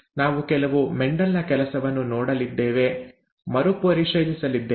ನಾವು ಕೆಲವು ಮೆಂಡೆಲ್ ನ ಕೆಲಸವನ್ನು ನೋಡಲಿದ್ದೇವೆ ಮರುಪರಿಶೀಲಿಸಲಿದ್ದೇವೆ